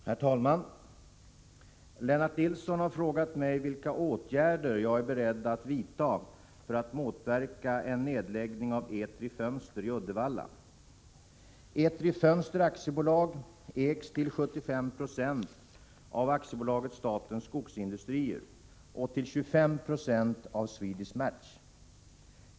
Herr talman! Lennart Nilsson har frågat mig vilka åtgärder jag är beredd att vidta för att motverka en nedläggning av Etri Fönster i Uddevalla. Etri Fönster AB ägs till 75 96 av AB Statens Skogsindustrier och 115 till 25 96 av Swedish Match.